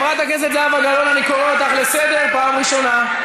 אני קורא אותך לסדר פעם ראשונה.